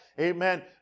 Amen